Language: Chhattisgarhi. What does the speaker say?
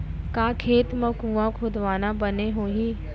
का खेत मा कुंआ खोदवाना बने होही?